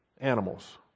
animals